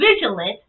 vigilant